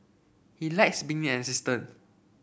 he likes being an assistant